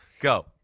go